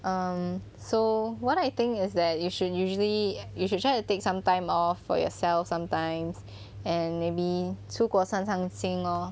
um so what I think is that you should usually you should try to take some time off for yourself sometimes and maybe 出国散散心 lor